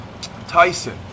Tyson